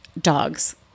dogs